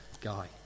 guy